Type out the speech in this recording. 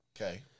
Okay